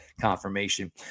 confirmation